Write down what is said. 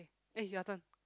eh your turn